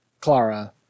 Clara